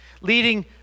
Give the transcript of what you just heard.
leading